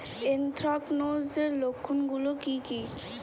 Anthracnose এর লক্ষণ গুলো কি কি?